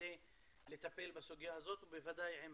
כדי לטפל בסוגיה הזאת ובוודאי עם